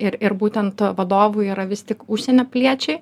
ir ir būtent vadovų yra vis tik užsienio piliečiai